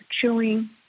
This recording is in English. chewing